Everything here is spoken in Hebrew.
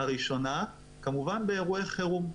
הראשונה, כמובן באירועי חירום.